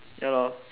ya lor